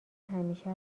همیشه